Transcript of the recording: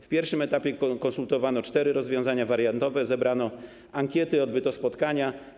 W pierwszym etapie konsultowano cztery rozwiązania wariantowe, zebrano ankiety, odbyły się spotkania.